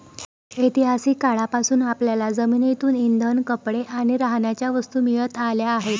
ऐतिहासिक काळापासून आपल्याला जमिनीतून इंधन, कपडे आणि राहण्याच्या वस्तू मिळत आल्या आहेत